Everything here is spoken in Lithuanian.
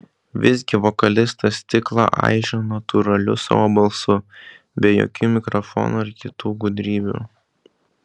visgi vokalistas stiklą aižė natūraliu savo balsu be jokių mikrofonų ar kitų gudrybių